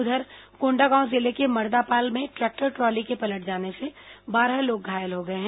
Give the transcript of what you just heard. उधर कोंडागांव जिले के मर्दापाल में ट्रैक्टर ट्रॉली के पलट जाने से बारह लोग घायल हो गए हैं